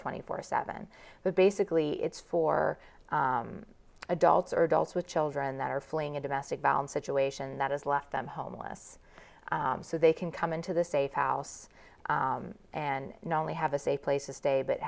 twenty four seven but basically it's for adults or adults with children that are feeling a domestic violence situation that has left them homeless so they can come into this safe house and not only have a safe place to stay but